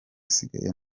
isigaye